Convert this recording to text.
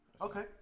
Okay